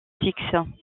fixes